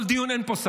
שום דיון אין פה.